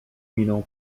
miną